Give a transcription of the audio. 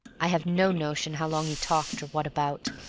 i have no notion how long he talked, or what about.